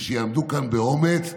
ושיעמדו כאן באומץ ויגידו: